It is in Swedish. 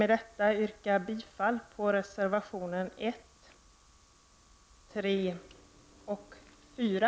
Med detta vill jag yrka bifall till reservationerna 1, 3 och 4.